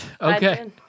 Okay